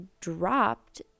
dropped